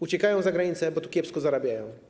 Uciekają za granicę, bo tu kiepsko zarabiają.